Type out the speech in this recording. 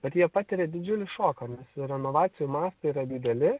bet jie patiria didžiulį šoką nes renovacijų mastai yra dideli